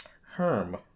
Herm